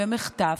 במחטף,